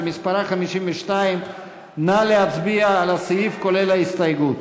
שמספרה 52. נא להצביע על הסעיף כולל ההסתייגות.